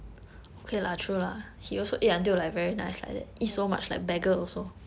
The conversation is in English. and the ya lor